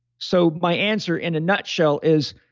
so my answer in a nutshell is,